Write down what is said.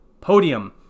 podium